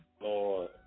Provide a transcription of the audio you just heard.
Lord